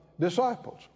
disciples